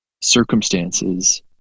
circumstances